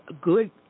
good